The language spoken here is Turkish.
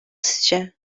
sizce